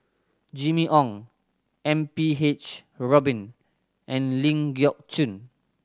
Jimmy Ong M P H Rubin and Ling Geok Choon